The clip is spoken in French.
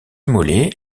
mollet